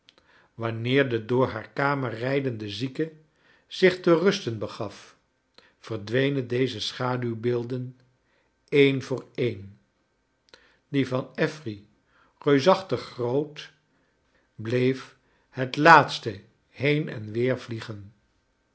wanneer de door haar learner rijdende zieke zich te rusten begaf verdwenen deze scliaduwbeelden een voor een die van affery reusachtig groot bleef het laatst heen en weervliegen